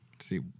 See